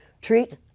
treat